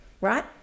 right